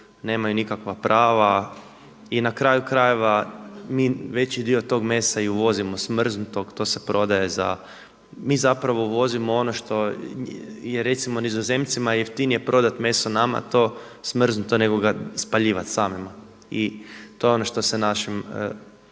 nemaju nikakva prava. I na kraju krajeva mi veći dio tog mesa i uvozimo, smrznutog to se prodaje, mi zapravo uvozimo ono što je recimo Nizozemcima jeftine prodati meso nama to smrznuto nego ga spaljivat samima i to je ono što se našim